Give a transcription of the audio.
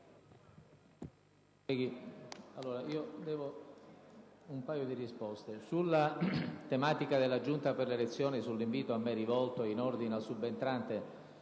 Sulla tematica della Giunta delle elezioni e l'invito a me rivolto in ordine al subentrante,